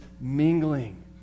mingling